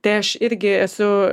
tai aš irgi esu